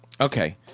Okay